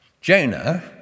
Jonah